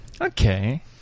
Okay